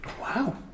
Wow